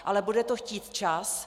Ale bude to chtít čas.